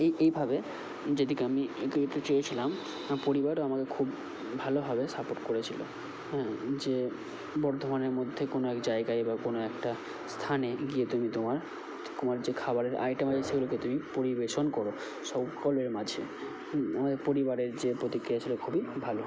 এই এইভাবে যেদিকে আমি এগোতে চেয়েছিলাম আমার পরিবারও আমাকে খুব ভালোভাবে সাপোর্ট করেছিলো হ্যাঁ যে বর্ধমানের মধ্যে কোনো এক জায়গায় বা কোনো একটা স্থানে গিয়ে তুমি তোমার তোমার যে খাবারের আইটেম আছে সেগুলোকে তুমি পরিবেশন করো সকলের মাঝে পরিবারের যে প্রতিক্রিয়া ছিলো খুবই ভালো